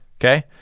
okay